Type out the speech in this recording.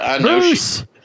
Bruce